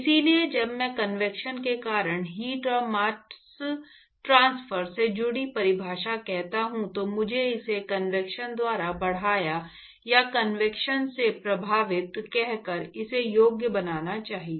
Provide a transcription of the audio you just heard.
इसलिए जब मैं कन्वेक्शन के कारण हीट और मास्स ट्रांसफर से जुड़ी परिभाषा कहता हूं तो मुझे इसे कन्वेक्शन द्वारा बढ़ाया या कन्वेक्शन से प्रभावित कहकर इसे योग्य बनाना चाहिए